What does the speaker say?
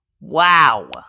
wow